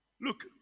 Look